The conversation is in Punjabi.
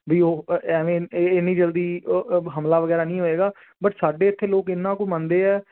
ਵੀ ਉਹ ਐਵੇਂ ਇ ਇੰਨੀ ਜਲਦੀ ਹਮਲਾ ਵਗੈਰਾ ਨਹੀਂ ਹੋਏਗਾ ਬਟ ਸਾਡੇ ਇੱਥੇ ਲੋਕ ਇੰਨਾਂ ਕੁ ਮੰਨਦੇ ਆ